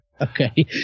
Okay